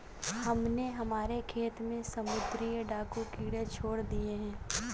हमने हमारे खेत में समुद्री डाकू कीड़े छोड़ दिए हैं